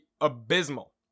abysmal